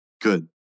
Good